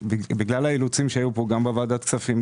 בגלל האילוצים שהיו פה לפני כן, גם בוועדת הכספים,